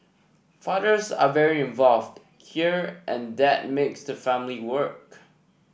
fathers are very involved here and that makes the family work